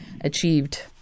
achieved